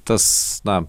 tas na